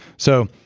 so,